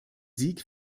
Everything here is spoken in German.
sieg